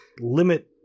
limit